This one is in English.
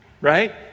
right